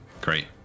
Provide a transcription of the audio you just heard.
Great